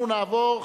אנחנו נעבור,